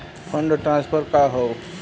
Fund transfer का हव?